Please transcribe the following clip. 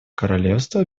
королевства